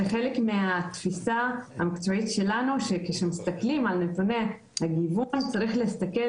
זה חלק מהתפיסה המקצועית שלנו שכשמסתכלים על נתוני הגיוון צריך להסתכל